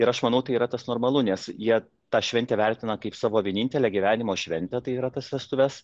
ir aš manau tai yra tas normalu nes jie tą šventę vertina kaip savo vienintelę gyvenimo šventę tai yra tas vestuves